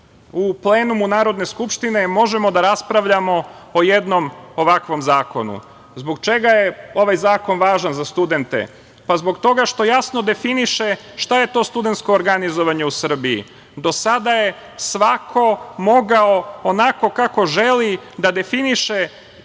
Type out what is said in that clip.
u plenumu Narodne skupštine možemo da raspravljamo o jednom ovakvom zakonu. Zbog čega je ovaj zakon važan za studente? Zbog toga što jasno definiše šta je to studensko organizovanje u Srbiji. Do sada je svako mogao onako kako želi da definiše